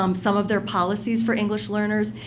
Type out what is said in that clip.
um some of their policies for english learners,